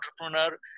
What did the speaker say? entrepreneur